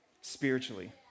spiritually